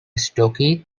stocky